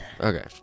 Okay